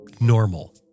normal